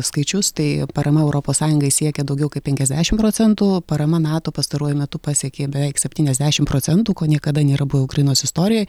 skaičius tai parama europos sąjungai siekia daugiau kaip penkiasdešimt procentų parama nato pastaruoju metu pasiekė beveik septyniasdešimt procentų ko niekada nėra buvę ukrainos istorijoj